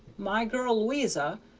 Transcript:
my girl lo'isa,